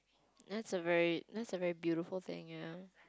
that's a very that's a very beautiful thing ya